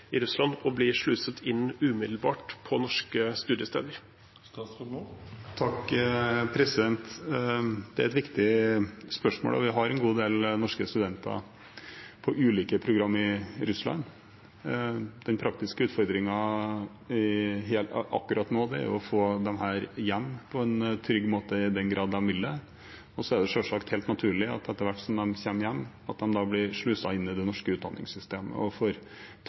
i Russland, umiddelbart å bli sluset inn på norske studiesteder? Det er et viktig spørsmål. Vi har en god del norske studenter på ulike program i Russland. Den praktiske utfordringen akkurat nå er å få dem hjem på en trygg måte, i den grad de vil det. Og så er det selvsagt helt naturlig at de etter hvert som de kommer hjem, blir sluset inn i det norske utdanningssystemet